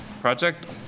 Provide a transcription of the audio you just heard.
project